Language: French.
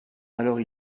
alors